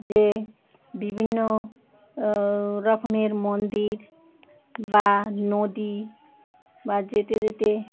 যে বিভিন্ন রকমের মন্দির বা নদী বা যেতে যেতে